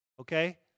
Okay